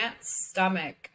stomach